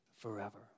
forever